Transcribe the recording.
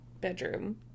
bedroom